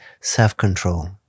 self-control